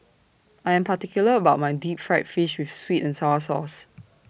I Am particular about My Deep Fried Fish with Sweet and Sour Sauce